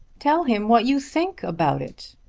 tell him what you think about it,